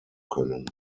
können